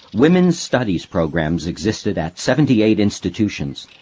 women's studies programs existed at seventy-eight institutions,